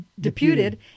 deputed